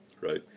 right